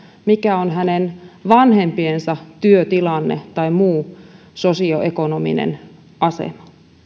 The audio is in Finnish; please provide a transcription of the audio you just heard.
mikä on hänen vanhempiensa työtilanne tai muu sosioekonominen asema